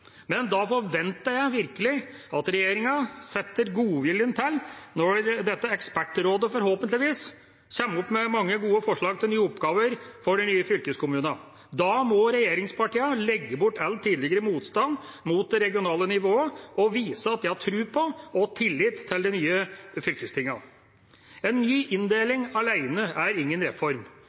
Men da forventer jeg virkelig at regjeringa setter godviljen til når dette ekspertrådet forhåpentligvis kommer opp med mange gode forslag til nye oppgaver for de nye fylkeskommunene. Da må regjeringspartiene legge bort all tidligere motstand mot det regionale nivået og vise at de har tro på og tillit til de nye fylkestingene. En ny inndeling alene er ingen reform.